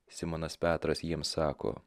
simonas petras jiems sako